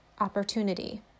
opportunity